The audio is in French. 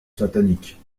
satanique